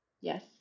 Yes